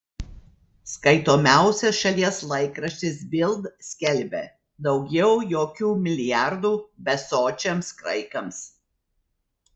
skaitomiausias šalies laikraštis bild skelbia daugiau jokių milijardų besočiams graikams